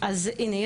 אז הנה,